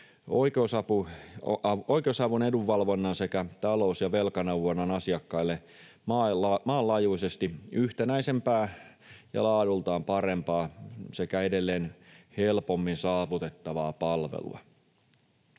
oikeusavun, edunvalvonnan sekä talous- ja velkaneuvonnan asiakkaille maanlaajuisesti yhtenäisempää ja laadultaan parempaa sekä edelleen helpommin saavutettavaa palvelua.